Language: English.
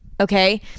Okay